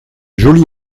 jolie